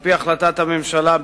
על-פי החלטת הממשלה,